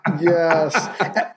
Yes